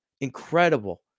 Incredible